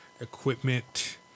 equipment